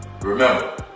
remember